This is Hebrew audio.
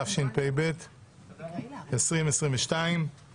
התשפ"ב 2022". בבקשה,